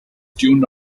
tuned